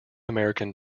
american